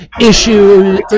issues